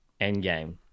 Endgame